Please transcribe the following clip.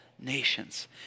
nations